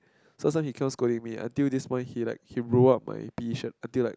so he keep on scolding until this morning he like he roll up my P_E shirt until like